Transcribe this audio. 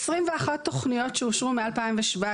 דברים שבחלוקת ההכנסות,